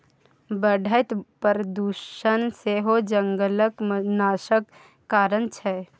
बढ़ैत प्रदुषण सेहो जंगलक नाशक कारण छै